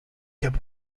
cap